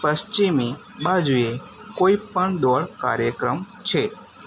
પશ્ચિમી બાજુએ કોઈપણ દોડ કાર્યક્રમ છે